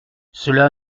cela